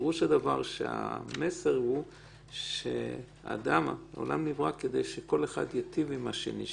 פירוש הדבר שהמסר הוא שהעולם נברא כדי שכל אחד ייטיב עם השני,